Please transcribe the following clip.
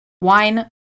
wine